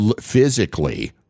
physically